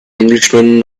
englishman